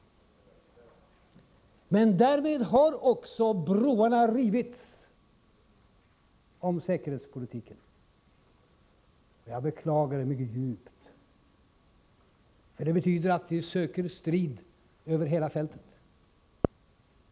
Men därmed har också broarna rivits när det gäller säkerhetspolitiken. Jag beklagar det mycket djupt. Det betyder att ni söker strid över hela fältet.